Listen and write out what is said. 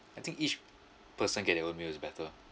I think each person get their own meal is better